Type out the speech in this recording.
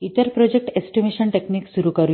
इतर project estimation technique सुरू करूया